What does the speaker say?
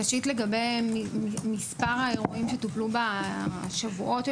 ראשית לגבי מספר האירועים שטופלו בשבועות או